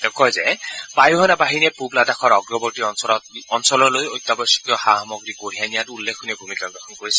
তেওঁ কয় যে বায়ুসেনা বাহিনীয়ে পূব লাডাখৰ অগ্ৰৱৰ্তী অঞ্চললৈ অত্যাৱশ্যকীয় সা সামগ্ৰী কঢ়িয়াই নিয়াত উল্লেখনীয় ভূমিকা গ্ৰহণ কৰিছে